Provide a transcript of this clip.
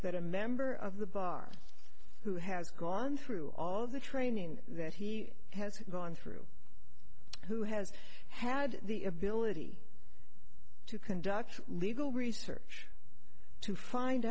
that a member of the bar who has gone through all of the training that he has gone through who has had the ability to conduct legal research to find